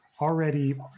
already